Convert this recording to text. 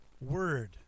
word